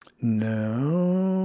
no